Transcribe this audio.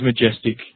majestic